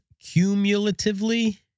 cumulatively